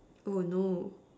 oh no